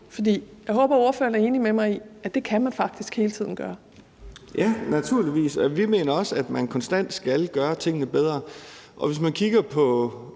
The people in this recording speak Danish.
For jeg håber, at ordføreren er enig med mig i, at det kan man faktisk hele tiden gøre. Kl. 15:51 Thomas Danielsen (V): Ja, naturligvis, og vi mener også, at man konstant skal gøre tingene bedre. Hvis man kigger på